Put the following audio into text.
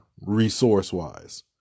resource-wise